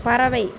பறவை